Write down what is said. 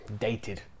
dated